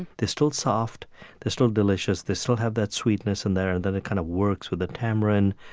they're still soft they're still delicious they still have that sweetness in there. then it kind of works with the tamarind,